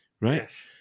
Right